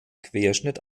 querschnitt